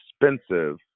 expensive